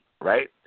right